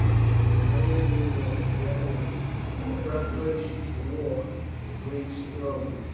so that no rumour of gatherings or preparations for war should reach the romans,